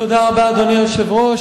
אדוני היושב-ראש,